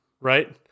right